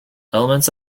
elements